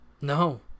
No